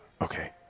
Okay